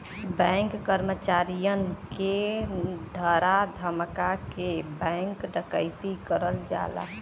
bank कर्मचारियन के डरा धमका के बैंक डकैती करल जाला